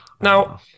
now